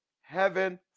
heaven